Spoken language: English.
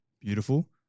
Beautiful